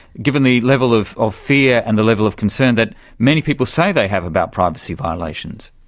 given the level of of fear and the level of concern that many people say they have about privacy violations?